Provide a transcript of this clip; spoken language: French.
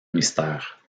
mystère